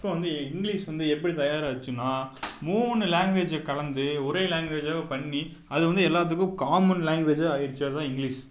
இப்போ வந்து இங்கிலீஷ் வந்து எப்படி தயாராச்சுன்னா மூணு லாங்வேஜை கலந்து ஒரே லாங்வேஜாகவே பண்ணி அது வந்து எல்லாத்துக்கும் காமன் லாங்வேஜாக ஆயிடுச்சு அதுதான் இங்கிலீஷ்